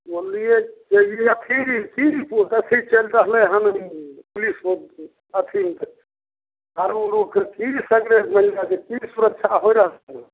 बोललिए केलिए की की अथी चलि रहलै हन पुलिस अथी दारू उरूके की सगरे मने की सुरक्षा हो रहलै हन